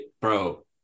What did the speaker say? bro